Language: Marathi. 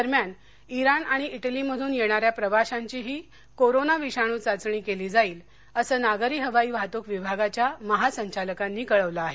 दरम्यान इराण आणि इटलीमधून येणाऱ्या प्रवाशांचीही कोरोना विषाणू चाघणी केली जाईल असं नागरी हवाई वाहतूक विभागाच्या महासंचालकांनी कळवलं आहे